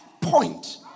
point